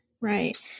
right